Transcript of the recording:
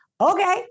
okay